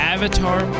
Avatar